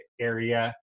area